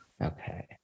Okay